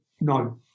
No